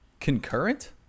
Concurrent